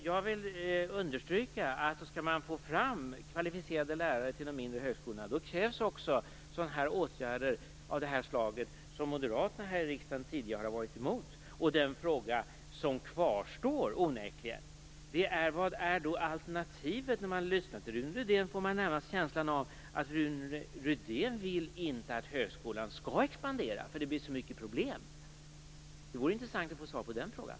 Jag vill understryka att om man skall få fram kvalificerade lärare till de mindre högskolorna krävs också åtgärder av det slag som Moderaterna tidigare här i riksdagen har varit emot. Den fråga som kvarstår är onekligen: Vad är alternativet? När man lyssnar till Rune Rydén får man närmast känslan av att han inte vill att högskolan skall expandera, eftersom det blir så mycket problem. Det vore intressant att få svar på den frågan.